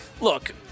Look